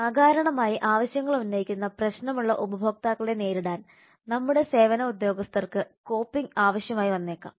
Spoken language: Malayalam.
അകാരണമായി ആവശ്യങ്ങൾ ഉന്നയിക്കുന്ന പ്രശ്നമുള്ള ഉപഭോക്താക്കളെ നേരിടാൻ നമ്മുടെ സേവന ഉദ്യോഗസ്ഥർക്ക് കോപ്പിങ് ആവശ്യമായി വന്നേക്കാം